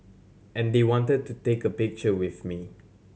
and they wanted to take a picture with me